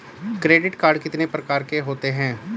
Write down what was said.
Credit card कितने प्रकार के होते हैं?